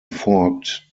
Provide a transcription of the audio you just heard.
forked